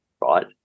right